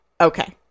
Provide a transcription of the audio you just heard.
Okay